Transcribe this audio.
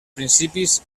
principis